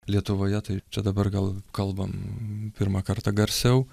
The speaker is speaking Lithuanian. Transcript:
lietuvoje tai čia dabar gal kalbam pirmą kartą garsiau